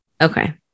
Okay